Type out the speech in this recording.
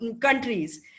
countries